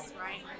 right